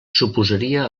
suposaria